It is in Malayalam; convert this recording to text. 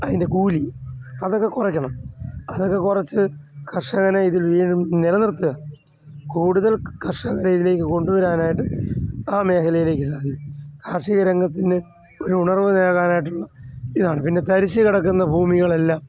അതിൻ്റെ കൂലി അതൊക്കെ കുറക്കണം അതൊക്കെ കുറച്ചു കർഷകനെ ഇതിൽ നിലനിർത്തുക കൂടുതൽ കർഷകരെ ഇതിലേക്ക് കൊണ്ടുവരാനായിട്ട് ആ മേഖലയിലേക്ക് സാധിക്കും കാർഷിക രംഗത്തിന് ഒരു ഉണർവ് നേടാനായിട്ടുള്ള ഇതാണ് പിന്നെ തരിശ്ശ് കിടക്കുന്ന ഭൂമികളെല്ലാം